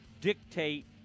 dictate